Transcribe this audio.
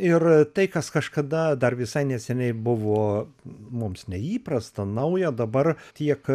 ir tai kas kažkada dar visai neseniai buvo mums neįprasta nauja dabar tiek